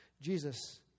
Jesus